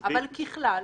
ככלל,